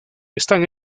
están